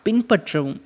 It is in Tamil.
பின்பற்றவும்